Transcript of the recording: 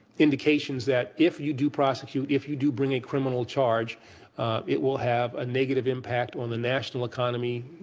indications that if you do prosecute, if you do bring a criminal charge it will have a negative impact on the national economy,